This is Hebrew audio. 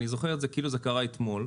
אני זוכר את זה כאילו זה קרה אתמול,